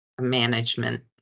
management